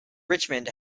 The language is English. richmond